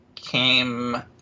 came